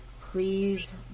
Please